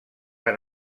han